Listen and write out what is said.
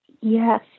Yes